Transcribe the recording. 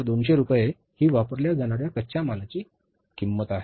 119200 रुपये ही वापरल्या जाणार्या कच्च्या मालाची किंमत आहे